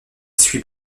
suit